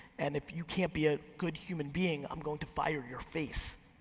and if you can't be a good human being i'm going to fire your face.